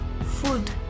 food